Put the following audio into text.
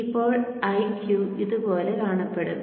ഇപ്പോൾ Iq ഇതുപോലെ കാണപ്പെടും